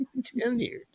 tenured